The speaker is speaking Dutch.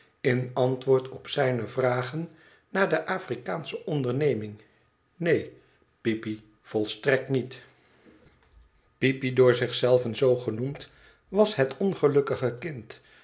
in antwoord op zijne vragen naar de afrikaansche onderneming neen peepy volstrekt niet peepy door zich zelven zoo genoemd was het ongelukkige kind